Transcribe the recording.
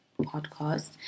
podcast